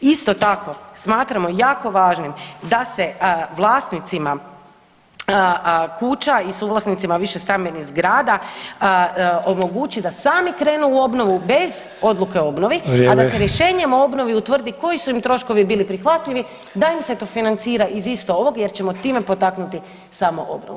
Isto tako smatramo jako važnim da se vlasnicima kuća i suvlasnicima višestambenih zgrada omogući da sami krenu u obnovu bez odluke o obnovi, a da se rješenjem o obnovi utvrdi koji su im troškovi bili prihvatljivi, da im se to financira iz isto ovog jer ćemo time potaknuti samoobnovu.